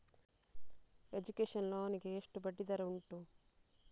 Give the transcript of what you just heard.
Education loan ಗೆ ಎಷ್ಟು ಬಡ್ಡಿ ದರ ಉಂಟು?